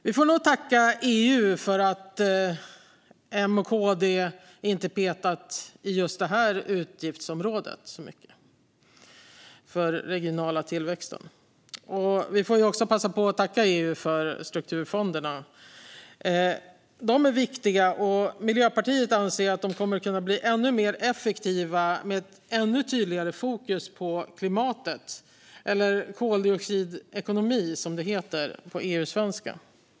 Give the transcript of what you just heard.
Vi får nog tacka EU för att M och KD inte har petat så mycket i just utgiftsområdet Regional tillväxt. Vi får också passa på att tacka EU för strukturfonderna. De är viktiga, och Miljöpartiet anser att de kommer att kunna bli ännu mer effektiva med ett ännu tydligare fokus på klimatet, eller koldioxidekonomi, som det heter på EU-svenska.